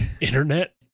internet